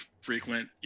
frequent